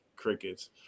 crickets